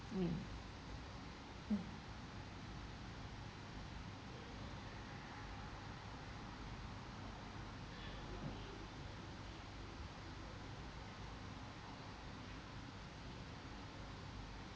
um mm